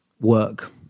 work